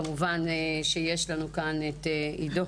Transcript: כמובן שיש לנו פה את עידו